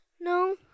No